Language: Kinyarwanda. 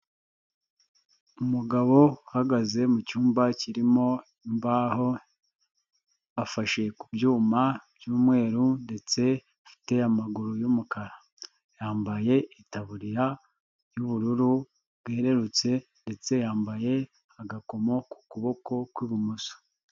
Umugabo uhagaze mu cyumba kirimo imbaho, afashe ku byuma by'umweru ndetse afite amaguru y'umukara, yambaye itaburiya y'ubururu bwerurutse, ndetse yambaye agakomo ku kuboko kw'ibumoso.